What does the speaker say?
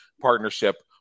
partnership